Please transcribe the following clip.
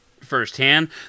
firsthand